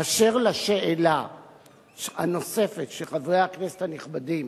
אשר לשאלה הנוספת של חברי הכנסת הנכבדים,